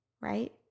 right